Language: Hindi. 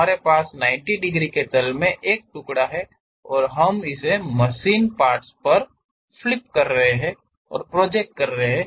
हमारे पास 90 डिग्री के तल में एक टुकड़ा है और हम इसे मशीन पार्ट्स पर फ्लिप कर रहे हैं और प्रोजेक्ट कर रहे हैं